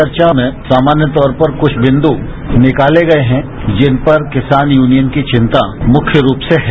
वर्चा में सामान्य तौर पर कुछ बिन्दु निकार्ल गए हैं जिन पर किसान यूनियन की चिंता मुख्य रूप से है